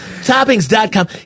Toppings.com